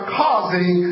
causing